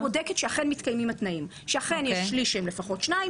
ועדת הכנסת בודקת שאכן מתקיימים התנאים: שאכן יש שליש שהם לפחות 2,